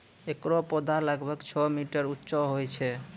एकरो पौधा लगभग छो मीटर उच्चो होय छै